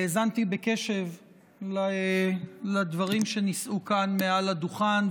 האזנתי בקשב לדברים שנישאו כאן מעל הדוכן,